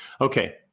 Okay